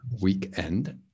weekend